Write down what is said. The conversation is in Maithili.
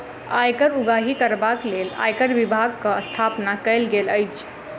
आयकर उगाही करबाक लेल आयकर विभागक स्थापना कयल गेल अछि